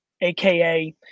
aka